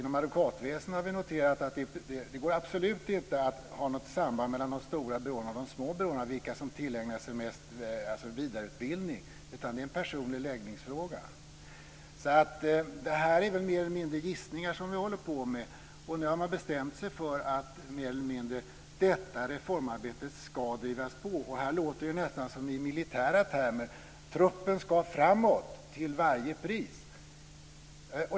Inom advokatväsendet har vi noterat att det absolut inte går att ha något samband mellan de stora byråerna och de små byråerna när det gäller vilka som tillägnar sig mest vidareutbildning, utan det är en personlig läggningsfråga. Det som vi håller på med är väl därför mer eller mindre gissningar. Och nu har man i stort sätt bestämt sig för att detta reformarbete ska drivas på. Och det låter nästan som i militära termer, att truppen ska framåt till varje pris.